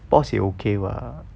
pause 也 okay [what]